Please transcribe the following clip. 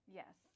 yes